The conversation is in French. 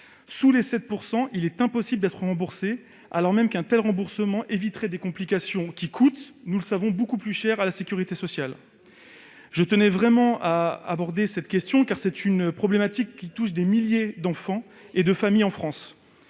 deçà de 7 %, il est impossible d'être remboursé alors même qu'un tel remboursement éviterait des complications qui coûtent beaucoup plus cher à la sécurité sociale. Je tenais vraiment à aborder cette question, car cette problématique touche des milliers d'enfants et de familles en France.